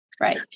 right